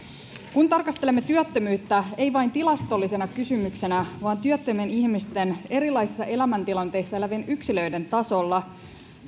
kun tarkastelemme työttömyyttä ei vain tilastollisena kysymyksenä vaan työttömien ihmisten erilaisissa elämäntilanteissa elävien yksilöiden tasolla